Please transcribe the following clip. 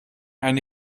eine